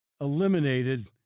eliminated